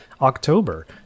October